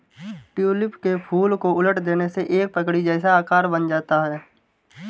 tulip के फूल को उलट देने से एक पगड़ी जैसा आकार बन जाता है